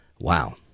wow